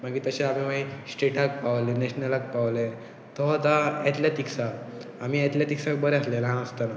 मागीर तशें आमी स्टेटाक पावले नॅशनलाक पावले तो आतां एथलटिक्सा आमी एथलॅटिक्साक बरें आसलें ल्हान आसतना